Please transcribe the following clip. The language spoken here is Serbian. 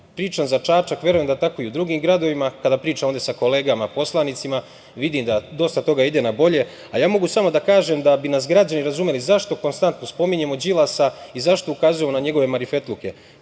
za Čačak, a verujem da je tako i u drugim gradovima. Kada pričam ovde sa kolegama poslanicima, vidim da dosta toga ide na bolje. Mogu samo da kažem, da bi nas građani razumeli zašto konstantno spominjemo Ćilasa i zašto ukazujemo na njegove marifetluke.